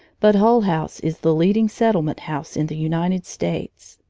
but hull house is the leading settlement house in the united states.